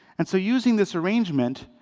and so using this arrangement,